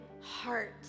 heart